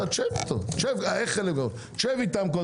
שב איתם.